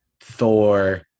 Thor